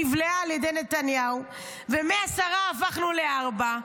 שנבלעה על ידי נתניהו ומעשרה הפכנו לארבעה,